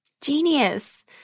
Genius